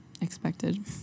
expected